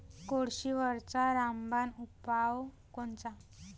कोळशीवरचा रामबान उपाव कोनचा?